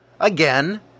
Again